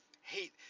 hate